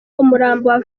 umurambo